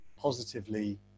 positively